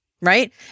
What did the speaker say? right